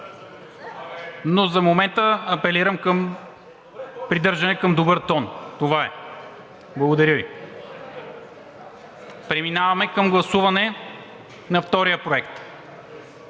никого, но апелирам за придържане към добър тон. Това е. Благодаря Ви. Преминаваме към гласуване на втория „Проект!